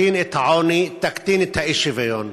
תקטין את העוני, תקטין את האי-שוויון.